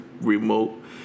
remote